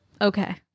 okay